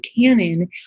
canon